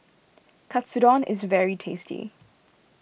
Katsudon is very tasty